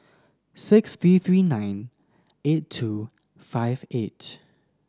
six three three nine eight two five eight